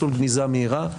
מסלול גניזה מהירה,